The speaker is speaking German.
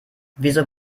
wieso